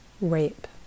rape